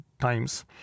times